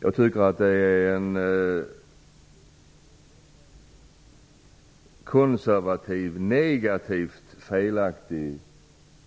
Jag tycker att det är en konservativ, negativ och felaktig